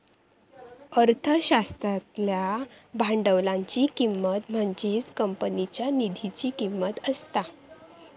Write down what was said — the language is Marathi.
अर्थशास्त्रातल्या भांडवलाची किंमत म्हणजेच कंपनीच्या निधीची किंमत असता